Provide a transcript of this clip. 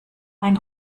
ein